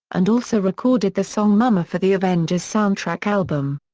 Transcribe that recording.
and also recorded the song mama for the avengers soundtrack album.